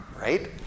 right